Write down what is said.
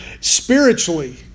spiritually